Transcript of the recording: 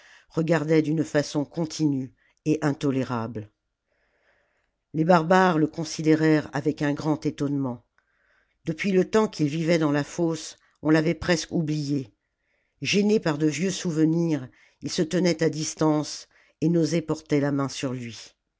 regardaient d'une façon continue et intolérable les barbares le considérèrent avec un grand étonnement depuis le temps qu'il vivait dans la fosse on l'avait presque oublié gênés par de vieux souvenirs ils se tenaient à distance et n'osaient porter la main sur lui